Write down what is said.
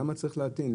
למה צריך להטעין?